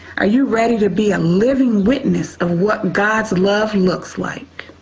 are you ready to be a living witness of what god's love looks like?